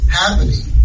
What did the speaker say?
happening